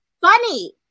funny